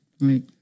Right